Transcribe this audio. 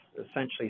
essentially